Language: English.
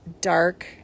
dark